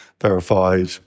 verified